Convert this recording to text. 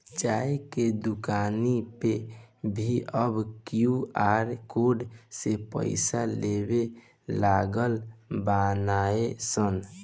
चाय के दुकानी पअ भी अब क्यू.आर कोड से पईसा लेवे लागल बानअ सन